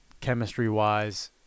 chemistry-wise